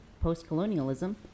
post-colonialism